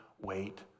wait